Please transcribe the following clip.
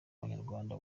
abanyarwanda